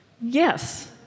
Yes